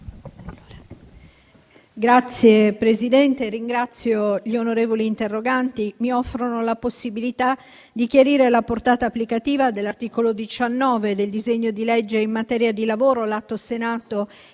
Signor Presidente, ringrazio gli onorevoli interroganti, che mi offrono la possibilità di chiarire la portata applicativa dell'articolo 19 del disegno di legge in materia di lavoro, l'Atto Senato